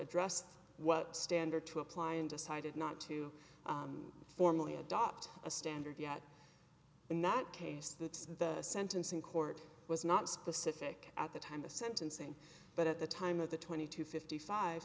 addressed what standard to apply and decided not to formally adopt a standard yet in that case that the sentencing court was not specific at the time of sentencing but at the time of the twenty two fifty five